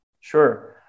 Sure